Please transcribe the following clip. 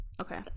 Okay